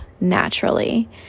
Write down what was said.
naturally